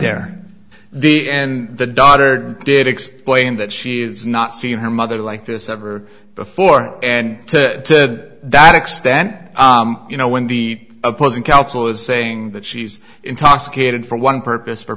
there the n the daughter did explain that she is not seeing her mother like this ever before and to that extent you know when the opposing counsel is saying that she's intoxicated for one purpose for